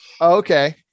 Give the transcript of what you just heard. Okay